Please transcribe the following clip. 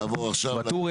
נעבור עכשיו --- ואטורי,